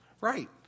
Right